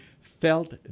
felt